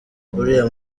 uriya